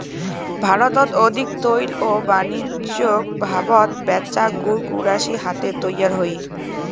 ভারতত অধিক চৈল ও বাণিজ্যিকভাবত ব্যাচা গুড় কুশারি হাতে তৈয়ার হই